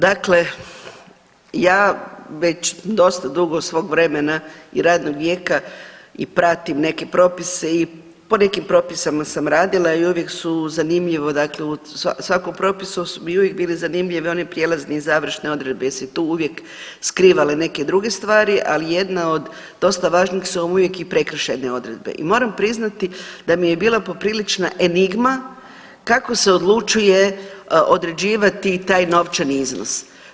Dakle, ja već dosta dugo svog vremena i radnog vijeka i pratim neke propise i po nekim propisima sam radila i uvijek su zanimljivo dakle u svakom propisu su mi uvijek bile zanimljive one prijelazne i završne odredbe jer su se tu uvijek skrivale neke druge stvari, ali jedna od dosta važnih su uvijek i prekršajne odredbe i moram priznati da mi je bila poprilična enigma kako se odlučuje određivati taj novčani odnos.